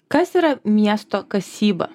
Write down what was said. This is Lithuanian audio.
kas yra miesto kasyba